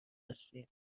هستیم